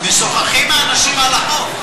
האנשים משוחחים על החוק.